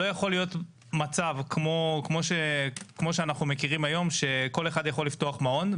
לא יכול להיות מצב כמו שאנחנו מכירים היום שכל אחד יכול לפתוח מעון,